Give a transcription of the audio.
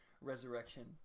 Resurrection